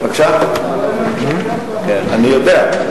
אני יודע.